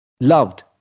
loved